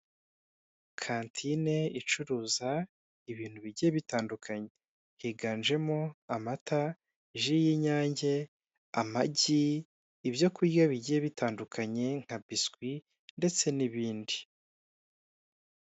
Kantine icuruza ibintu bigiye bitandukanye, higanjemo amata, ji y'inyange, amagi, ibyo kurya bigiye bitandukanye nka biswi ndetse n'ibindi.